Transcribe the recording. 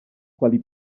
quali